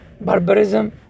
barbarism